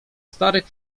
starych